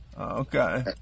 Okay